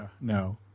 no